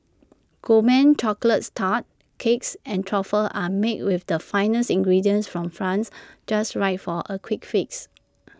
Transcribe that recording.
gourmet chocolates tarts cakes and truffles are made with the finest ingredients from France just right for A quick fix